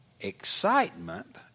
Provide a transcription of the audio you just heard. excitement